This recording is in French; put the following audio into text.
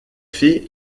fille